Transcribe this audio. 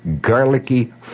garlicky